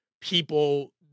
people